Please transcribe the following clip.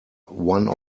one